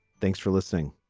thanks for listening